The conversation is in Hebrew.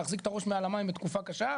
להחזיק את המים בתקופה קשה,